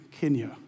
Kenya